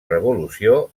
revolució